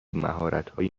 مهارتهایی